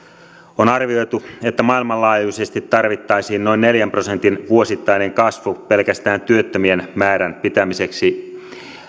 on arvioitu että maailmanlaajuisesti tarvittaisiin noin neljän prosentin vuosittainen kasvu pelkästään työttömien määrän pitämiseksi